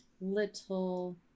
Little